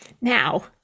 Now